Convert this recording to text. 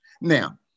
Now